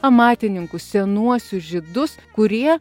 amatininkus senuosius žydus kurie